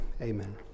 Amen